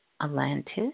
Atlantis